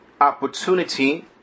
opportunity